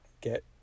get